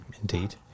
indeed